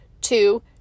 two